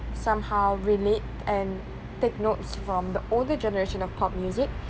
somehow relate and take notes from the older generation of pop music